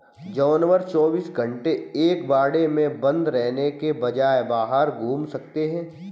जानवर चौबीस घंटे एक बाड़े में बंद रहने के बजाय बाहर घूम सकते है